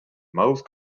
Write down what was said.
most